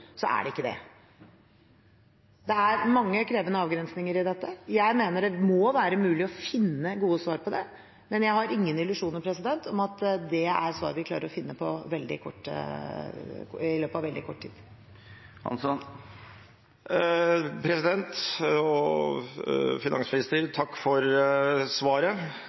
er det ikke det. Det er mange krevende avgrensninger i dette. Jeg mener at det må være mulig å finne gode svar på det, men jeg har ingen illusjoner om at det er svar vi klarer å finne i løpet av veldig kort tid.